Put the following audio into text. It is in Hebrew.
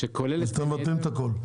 שכוללת --- אז אתם מבטלים את הכול?